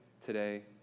today